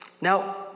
Now